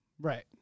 Right